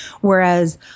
Whereas